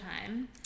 time